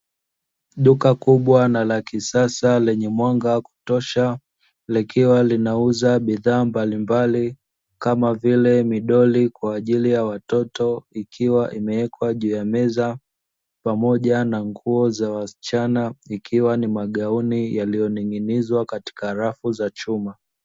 Duka kubwa na la kisasa lenye mwanga wa kutosha, likiwa linauza bidhaa mbalimbali kama vile midoli kwa ajili ya watoto. Ikiwa imewekwa juu ya meza pamoja na nguo za wasichana, ikiwa ni magauni yaliyoning'inizwa katika rafu za chuma.